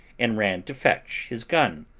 and ran to fetch his gun,